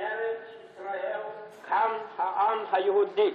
14 במאי 1948): "בארץ ישראל קם העם היהודי,